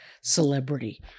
celebrity